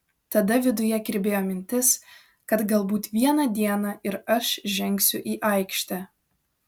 tada viduje kirbėjo mintis kad galbūt vieną dieną ir aš žengsiu į aikštę